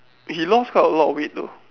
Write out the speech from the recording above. he lost quite a lot of weight though